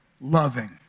loving